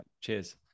Cheers